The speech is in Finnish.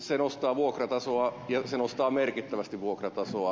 se nostaa vuokratasoa ja se nostaa merkittävästi vuokratasoa